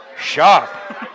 sharp